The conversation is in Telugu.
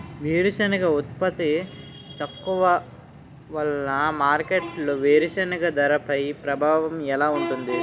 వేరుసెనగ ఉత్పత్తి తక్కువ వలన మార్కెట్లో వేరుసెనగ ధరపై ప్రభావం ఎలా ఉంటుంది?